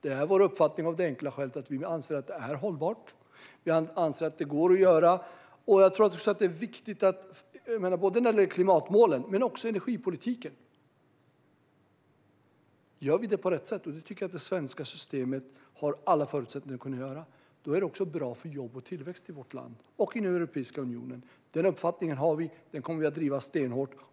Detta är vår uppfattning av det enkla skälet att vi anser att det är hållbart och går att göra. Om vi hanterar både klimatmålen och energipolitiken på rätt sätt, vilket jag tycker att det svenska systemet har alla förutsättningar att kunna göra, är det också bra för jobb och tillväxt i vårt land och i Europeiska unionen. Den uppfattningen har vi, och den kommer vi att driva stenhårt.